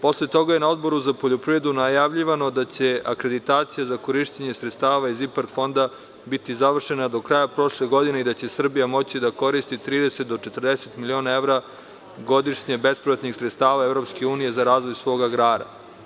Posle toga je na Odboru za poljoprivredu najavljivano da će akreditacija za korišćenje sredstava iz IPARD fonda biti završena do kraja prošle godine i da će Srbija moći da koristi 30 do 40 miliona evra godišnje bespovratnih sredstava EU za razvoj svog agrara.